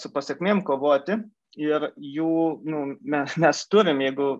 su pasėkmėm kovoti ir jų nu mes mes turim jeigu